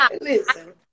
Listen